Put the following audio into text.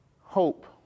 Hope